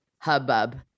hubbub